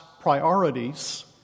priorities